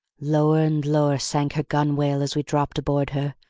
lower and lower sank her gunwale as we dropped aboard her,